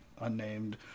unnamed